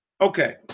okay